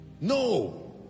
no